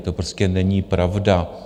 To prostě není pravda.